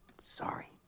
Sorry